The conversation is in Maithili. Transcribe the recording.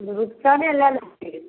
रुपचने लअ लै छियै